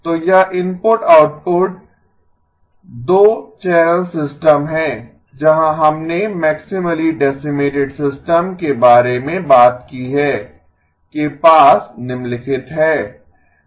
तो यह input output 2 channel system है जहां हमने मैक्सिमली डैसीमेटेड सिस्टम के बारे में बात की है के पास निम्नलिखित हैं